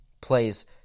plays